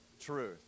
truth